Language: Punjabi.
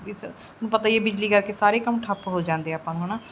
ਵੀ ਸ ਹੁਣ ਪਤਾ ਹੀ ਹੈ ਬਿਜਲੀ ਕਰਕੇ ਸਾਰੇ ਕੰਮ ਠੱਪ ਹੋ ਜਾਂਦੇ ਹੈ ਆਪਾਂ ਨੂੰ ਹੈ ਨਾ